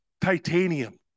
titanium